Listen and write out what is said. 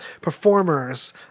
performers